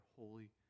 holy